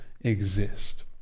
exist